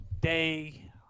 day